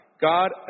God